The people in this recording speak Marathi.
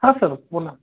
हा सर बोला